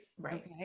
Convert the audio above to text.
Right